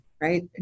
right